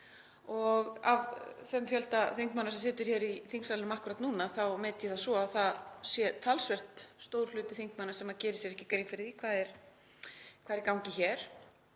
Af þeim fjölda þingmanna sem situr í þingsalnum akkúrat núna þá met ég það svo að það sé talsvert stór hluti þingmanna sem geri sér ekki grein fyrir því hvað er í gangi hér